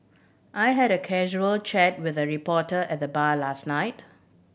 I had a casual chat with a reporter at the bar last night